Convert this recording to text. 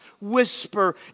whisper